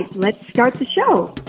let's start the show